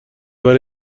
برای